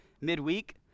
midweek